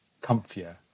comfier